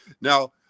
Now